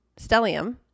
stellium